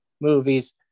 movies